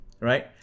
Right